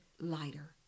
lighter